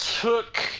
took